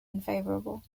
unfavorable